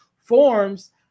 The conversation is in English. forms